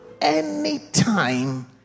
anytime